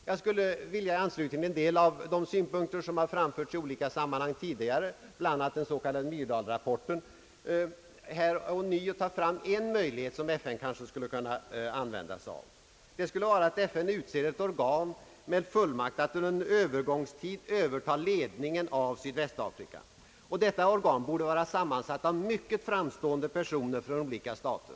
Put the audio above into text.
I anslutning till en del av de synpunkter som har framförts i olika sammanhang tidigare, bl.a. i den s.k. Myrdalrapporten, skulle jag här ånyo vilja ta fram en möjlighet som FN kanske skulle kunna använda sig av, nämligen att FN utser ett organ med fullmakt att under en övergångstid överta ledningen av Sydvästafrika. Detta organ borde vara sammansatt av ett antal mycket framstående personer från olika stater.